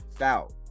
out